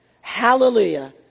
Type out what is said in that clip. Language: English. Hallelujah